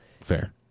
Fair